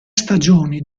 stagioni